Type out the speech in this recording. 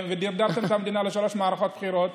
ודרדרתם את המדינה לשלוש מערכות בחירות.